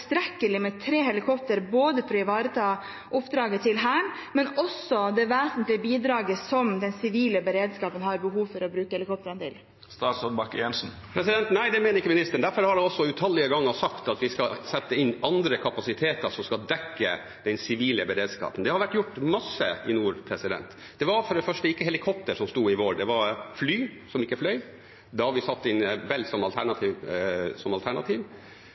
for å bidra vesentlig i det som den sivile beredskapen har behov for å bruke helikoptrene til? Nei, det mener ikke ministeren. Derfor har jeg utallige ganger sagt at vi skal sette inn andre kapasiteter som skal dekke den sivile beredskapen. Det har vært gjort mye i nord. Det var for det første ikke helikoptre som sto i vår, det var fly som ikke fløy. Da satte vi inn Bell-helikopter som alternativ.